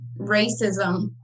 racism